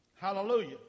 Hallelujah